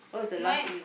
mine